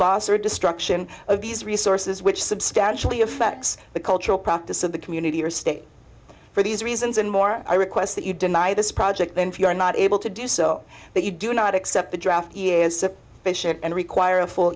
loss or destruction of these resources which substantially affects the cultural practice of the community or state for these reasons and more i request that you deny this project then if you are not able to do so that you do not accept the draft and require a ful